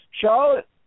Charlotte